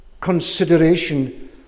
consideration